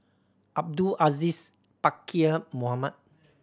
Abdul Aziz Pakkeer Mohamed